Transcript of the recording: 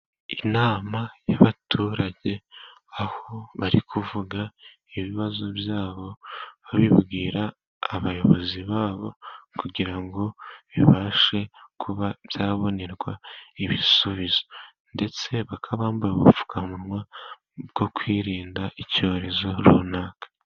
Inama y’abaturage, aho bari kuvuga ibibazo byabo, babibwira abayobozi babo kugira ngo bibashe kuba byabonerwa ibisubizo. Ndetse bakaba bambaye ubupfukamunwa bwo kwirinda icyorezo runaka.